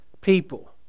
people